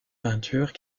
peintures